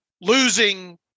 losing